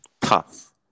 tough